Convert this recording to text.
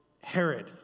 Herod